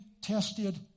tested